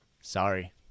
Sorry